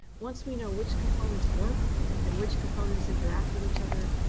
once we know which components work and which components interact with each other,